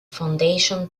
foundation